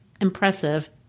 impressive